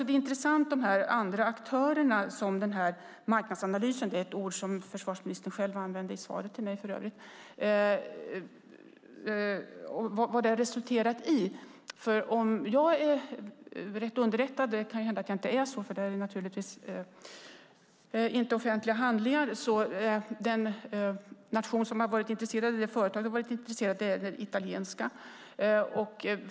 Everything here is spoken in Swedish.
Det är intressant med de andra aktörerna i marknadsanalysen - ett ord som försvarsministern själv använde i svaret till mig - och vad det har resulterat i. Om jag är rätt underrättad, vilket jag kanske inte är eftersom det inte är offentliga handlingar, är det företag som varit intresserat italienskt.